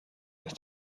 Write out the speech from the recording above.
ist